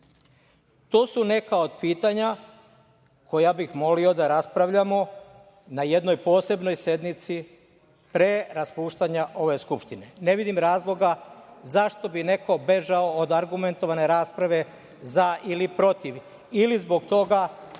su neka od pitanja koja bih molio da raspravljamo na jednoj posebnoj sednici pre raspuštanja ove Skupštine. Ne vidim razloga zašto bi neko bežao od argumentovane rasprave – za ili protiv, ili zbog toga